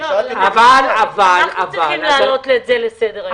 אנחנו צריכים להעלות את זה לסדר-היום.